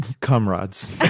comrades